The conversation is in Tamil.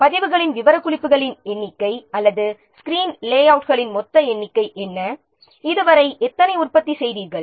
பதிவுகளின் விவரக்குறிப்புகளின் எண்ணிக்கை அல்லது ஸ்கிரீன் லேஅவுட்களின் மொத்த எண்ணிக்கை என்ன இதுவரை எத்தனை உற்பத்தி செய்துள்ளோம்